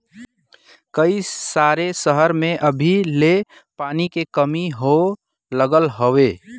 कई सारे सहर में अभी ले पानी के कमी होए लगल हौ